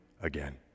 again